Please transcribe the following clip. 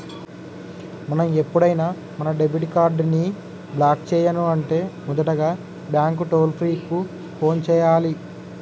మనం ఎప్పుడైనా మన డెబిట్ కార్డ్ ని బ్లాక్ చేయను అంటే మొదటగా బ్యాంకు టోల్ ఫ్రీ కు ఫోన్ చేయాలి